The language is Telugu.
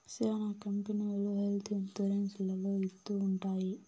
శ్యానా కంపెనీలు హెల్త్ ఇన్సూరెన్స్ లలో ఇత్తూ ఉంటాయి